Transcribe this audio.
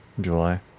July